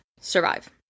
survive